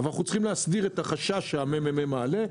אנחנו צריכים להסדיר את החשש שהממ"מ מעלה,